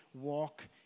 walk